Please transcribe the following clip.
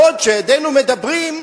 בעודנו מדברים,